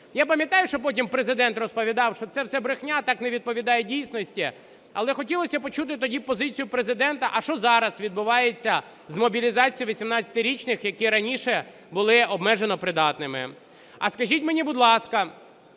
Я пам'ятаю, що потім Президент розповідав, що це все брехня, так не відповідає дійсності, але хотілося почути тоді позицію Президента, а що зараз відбувається з мобілізацією 18-річних, які раніше були обмежено придатними? А скажіть мені, будь ласка,